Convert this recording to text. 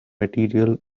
material